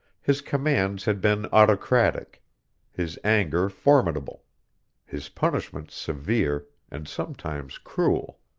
his commands had been autocratic his anger formidable his punishments severe, and sometimes cruel.